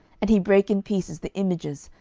and he brake in pieces the images,